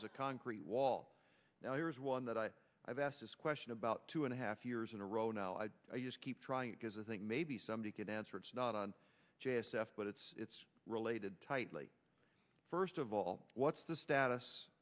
as a concrete wall now here's one that i i've asked this question about two and a half years in a row now i just keep trying because i think maybe somebody can answer it's not on j s f but it's it's related tightly first of all what's the status